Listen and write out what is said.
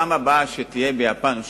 בפעם הבאה שתהיה ביפן,